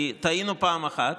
כי טעינו פעם אחת.